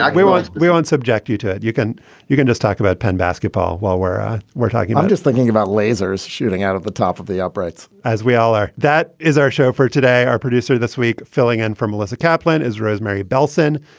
like we want we won't subject you to it. you can you can just talk about penn basketball while we're ah we're talking i'm just thinking about lasers shooting out of the top of the uprights as we all are that is our show for today. our producer this week filling in for melissa caplin is rosemary bellson.